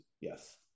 Yes